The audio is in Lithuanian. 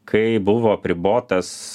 kai buvo apribotas